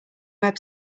web